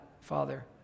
Father